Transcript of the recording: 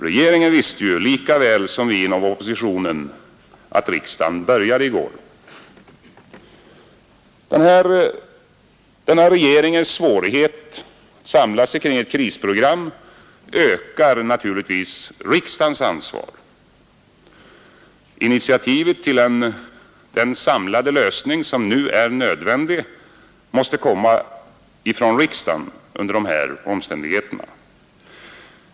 Regeringen visste ju lika väl som vi inom oppositionen att riksdagen började i går. Denna regeringens svårighet att samla sig kring ett krisprogram ökar riksdagens ansvar. Initiativet till den samlade lösning som nu är nödvändig måste under dessa omständigheter komma från riksdagen.